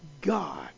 God